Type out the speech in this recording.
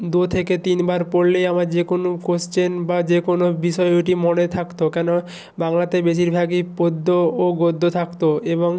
দু থেকে তিনবার পড়লেই আমার যে কোনো কোয়েশ্চেন বা যে কোনো বিষয় ওইটি মনে থাকতো কেন বাংলাতে বেশিরভাগই পদ্য ও গদ্য থাকতো এবং